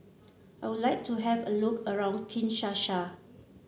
I would like to have a look around Kinshasa